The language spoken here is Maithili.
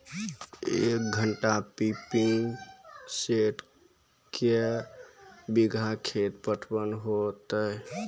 एक घंटा पंपिंग सेट क्या बीघा खेत पटवन है तो?